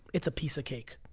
it's a piece of cake.